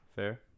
Fair